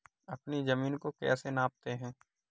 अपनी जमीन को कैसे नापते हैं?